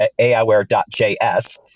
AIware.js